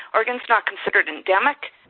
oregon is not considered endemic,